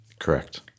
Correct